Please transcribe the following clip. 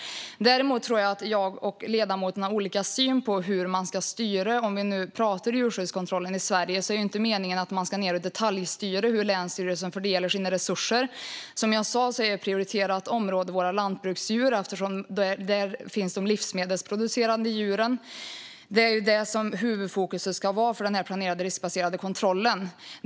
Däremot tror jag att jag och ledamoten har olika syn på hur man ska styra. Om man nu pratar om djurskyddskontroll i Sverige är det ju inte meningen att man ska detaljstyra hur länsstyrelsen fördelar sina resurser. Som jag sa är ett prioriterat område våra lantbruksdjur eftersom de livsmedelsproducerande djuren finns där, och det är det som ska vara huvudfokus för den planerade riskbaserade kontrollen.